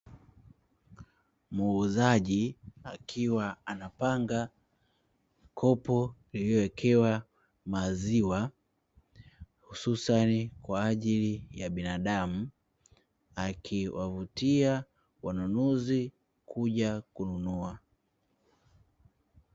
Muuzaji akiwa anapanga kopo lililowekewa maziwa hususani kwa ajili ya binadamu, akiwavutia wanunuzi kuja kununua.